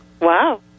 Wow